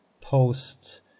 post